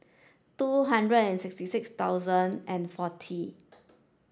two hundred and sixty six thousand and forty